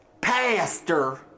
pastor